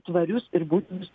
tvarius ir būtinus